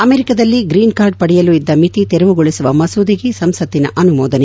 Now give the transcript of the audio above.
ಅಮೆರಿಕದಲ್ಲಿ green card ಪಡೆಯಲು ಇದ್ದ ಮಿತಿ ತೆರವುಗೊಳಿಸುವ ಮಸೂದೆಗೆ ಸಂಸತ್ತಿನ ಅಸುಮೋದನೆ